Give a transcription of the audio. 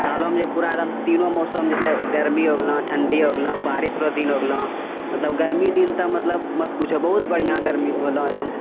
सालमे पूरा एकदम तीनो मौसम जे छै गरमी हो गेलौ ठण्डी हो गेलौ बारिश रऽ दिन हो गेलौ मतलब गरमी दिन तऽ मतलब मत पूछऽ बहुत बढ़िआँ गरमी होलौ एकदम